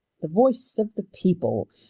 the voice of the people,